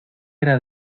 era